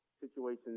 situations